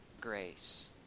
grace